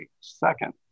second